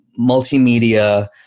multimedia